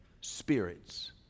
spirits